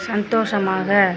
சந்தோஷமாக